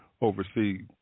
oversee